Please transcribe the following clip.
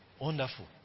wonderful